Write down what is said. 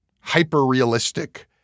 hyper-realistic